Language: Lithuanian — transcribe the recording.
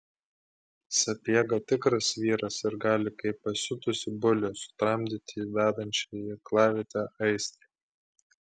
sapiega tikras vyras ir gali kaip pasiutusį bulių sutramdyti vedančią į aklavietę aistrą